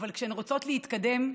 אבל כשהן רוצות להתקדם,